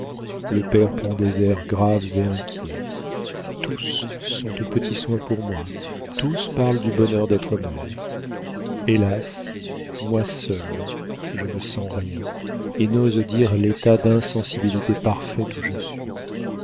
le père prend des airs graves et inquiets tous sont aux petits soins pour moi tous parlent du bonheur d'être mère hélas moi seule je ne sens rien et n'ose dire l'état d'insensibilité parfaite où je suis